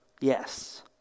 yes